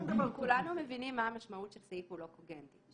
כולנו מבינים מה המשמעות של סעיף שהוא לא קוגנטי.